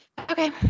Okay